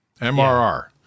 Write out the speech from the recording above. MRR